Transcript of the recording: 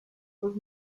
was